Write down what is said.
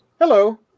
Hello